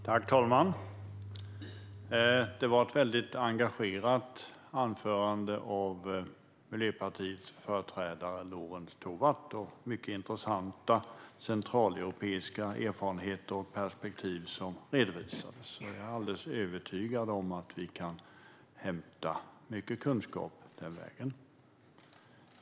Herr talman! Det var ett väldigt engagerat anförande av Miljöpartiets företrädare Lorentz Tovatt med många intressanta centraleuropeiska erfarenheter och perspektiv som redovisades. Jag är alldeles övertygad om att vi kan hämta mycket kunskap den vägen.